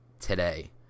today